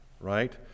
right